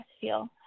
feel